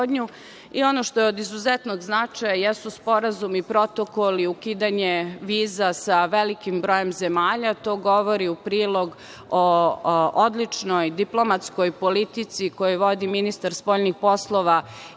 što je od izuzetnog značaja jesu sporazumi, protokoli za ukidanje viza sa velikim brojem zemalja. To govori u prilog odličnoj diplomatskoj politici koju vodi ministar spoljnih poslova